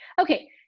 okay